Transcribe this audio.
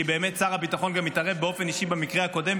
כי באמת שר הביטחון גם התערב באופן אישי במקרה הקודם,